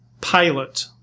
pilot